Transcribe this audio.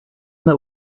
that